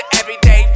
everyday